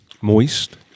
Moist